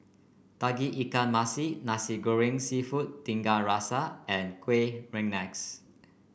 Tauge Ikan Masin Nasi Goreng seafood Tiga Rasa and Kueh Rengas